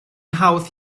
hawdd